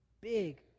big